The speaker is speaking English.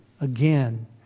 again